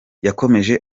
yakomeje